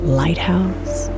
lighthouse